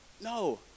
No